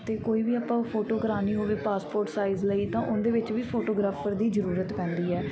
ਅਤੇ ਕੋਈ ਵੀ ਆਪਾਂ ਉਹ ਫੋਟੋ ਕਰਵਾਉਣੀ ਹੋਵੇ ਪਾਸਪੋਰਟ ਸਾਈਜ਼ ਲਈ ਤਾਂ ਉਹਦੇ ਵਿੱਚ ਵੀ ਫੋਟੋਗ੍ਰਾਫਰ ਦੀ ਜ਼ਰੂਰਤ ਪੈਂਦੀ ਹੈ